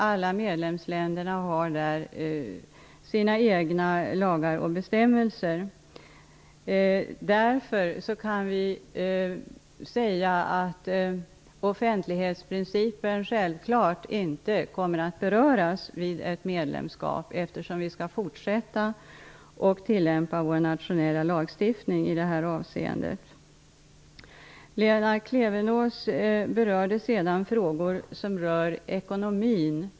Alla medlemsländer har sina egna lagar och bestämmelser. Offentlighetsprincipen kommer självfallet inte att beröras vid ett medlemskap, eftersom vi skall fortsätta att tillämpa vår nationella lagstiftning i det avseendet. Lena Klevenås tog också upp frågor som rör ekonomin.